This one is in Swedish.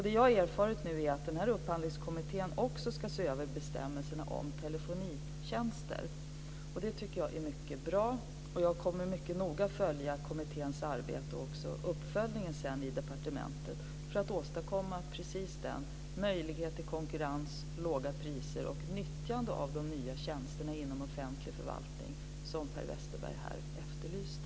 Det jag har erfarit nu är att denna upphandlingskommitté också ska se över bestämmelserna om telefonitjänster. Det tycker jag är mycket bra. Jag kommer mycket noga att följa kommitténs arbete och också uppföljningen i departementet för att åstadkomma precis den möjlighet till konkurrens, låga priser och nyttjande av de nya tjänsterna inom offentlig förvaltning som Per Westerberg här efterlyste.